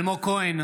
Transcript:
אלמוג כהן,